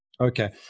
Okay